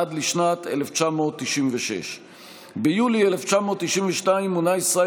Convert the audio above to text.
עד לשנת 1996. ביולי 1992 מונה ישראל